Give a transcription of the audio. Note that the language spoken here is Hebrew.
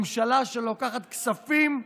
ממשלה שלוקחת כספים,